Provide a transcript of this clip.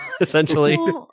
essentially